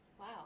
wow